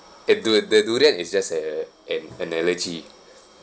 a du~ the durian is just a an analogy